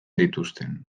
dituzten